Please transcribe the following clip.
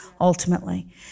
ultimately